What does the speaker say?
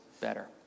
better